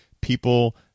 people